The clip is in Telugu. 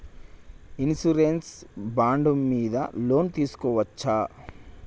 ఇన్సూరెన్స్ బాండ్ మీద లోన్ తీస్కొవచ్చా?